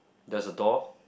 there's a door